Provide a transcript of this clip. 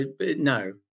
No